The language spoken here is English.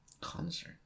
Concert